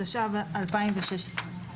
התשע"ו-2016.